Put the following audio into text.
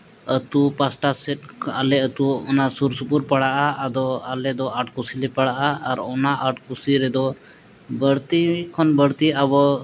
ᱟᱹᱛᱩ ᱯᱟᱥᱴᱟ ᱥᱮᱫ ᱟᱞᱮ ᱟᱹᱛᱩ ᱚᱱᱟ ᱥᱩᱨ ᱥᱩᱯᱩᱨ ᱯᱟᱲᱟ ᱟᱫᱚ ᱟᱞᱮᱫᱚ ᱟᱴ ᱠᱩᱥᱤᱞᱮ ᱯᱟᱲᱟᱜᱼᱟ ᱟᱨ ᱚᱱᱟ ᱟᱴ ᱠᱩᱥᱤ ᱨᱮᱫᱚ ᱵᱟᱹᱲᱛᱤ ᱠᱷᱚᱱ ᱵᱟᱹᱲᱛᱤ ᱟᱵᱚ